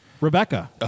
Rebecca